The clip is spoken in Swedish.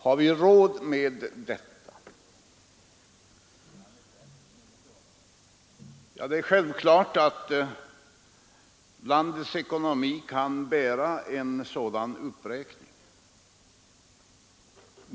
Har vi råd med detta? Ja, det är självklart att landets ekonomi kan bära en sådan uppräkning.